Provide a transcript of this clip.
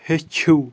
ہیٚچھِو